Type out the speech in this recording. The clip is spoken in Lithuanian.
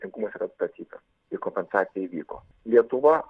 teisingumas yra atstatytas ir kompensacija įvyko lietuva